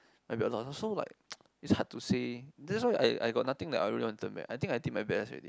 might be a lot so like it's hard to say that's why I I got nothing that I that I really want to I think I did my best already